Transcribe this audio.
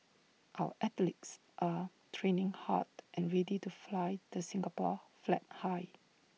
our athletes are training hard and ready to fly the Singapore flag high